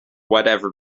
whatever